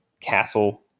castle